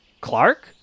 Clark